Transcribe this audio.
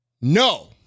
No